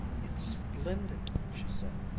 it's splendid, she said,